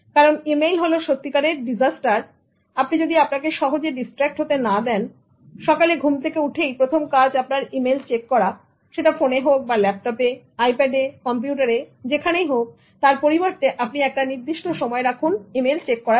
কারণ ইমেইল হলো সত্যিকারের ডিজাস্টার আপনি যদি আপনাকে সহজে distract হতে না দেন সকালে ঘুম থেকে উঠেই প্রথম কাজ আপনার ইমেইল চেক করা সেটা ফোনে হোক বা ল্যাপটপে আইপ্যাডে কম্পিউটারে যেখানেই হোক তার পরিবর্তে আপনি একটা নির্দিষ্ট সময় রাখুন ইমেইল চেক করার জন্য